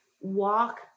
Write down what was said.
walk